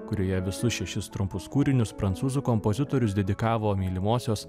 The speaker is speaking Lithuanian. kurioje visus šešis trumpus kūrinius prancūzų kompozitorius dedikavo mylimosios